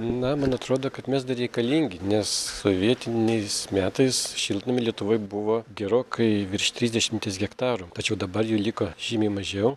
na man atrodo kad mes dar reikalingi nes sovietiniais metais šiltnamiai lietuvoj buvo gerokai virš trisdešimties hektarų tačiau dabar jų liko žymiai mažiau